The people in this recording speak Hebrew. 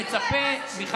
תסביר להם מה